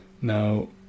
Now